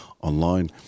online